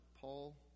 Paul